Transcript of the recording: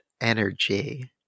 energy